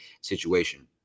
situation